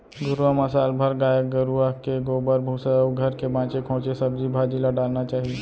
घुरूवा म साल भर गाय गरूवा के गोबर, भूसा अउ घर के बांचे खोंचे सब्जी भाजी ल डारना चाही